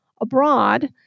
abroad